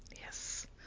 Yes